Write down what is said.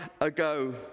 ago